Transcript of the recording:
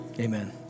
Amen